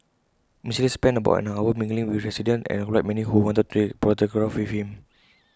Mister lee spent about an hour mingling with residents and obliged many who wanted to take A photograph with him